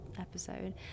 episode